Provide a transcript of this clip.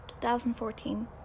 2014